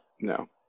no